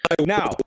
Now